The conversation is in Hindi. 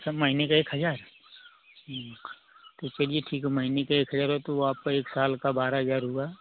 महीने का एक हजार तो फिर ये ठीक है महीने का एक हजार है तो आपका एक साल का बारह हजार हुआ